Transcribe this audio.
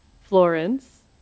Florence